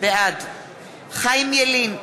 בעד חיים ילין,